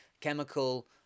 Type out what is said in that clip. chemical